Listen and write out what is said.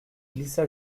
glissa